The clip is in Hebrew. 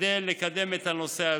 לקדם את הנושא הזה,